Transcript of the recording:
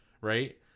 right